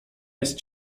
jest